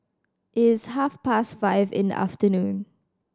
it is half past five in the afternoon